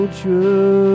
true